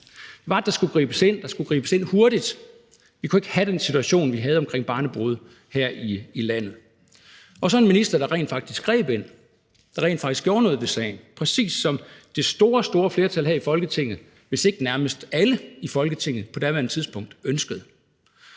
ind, og at der skulle gribes ind hurtigt. Vi kunne ikke have den situation, vi havde, omkring barnebrude her i landet. Og så var der en minister, der rent faktisk greb ind; der rent faktisk gjorde noget ved sagen – præcis som det store, store flertal her i Folketinget, hvis ikke nærmest alle i Folketinget, på daværende tidspunkt ønskede.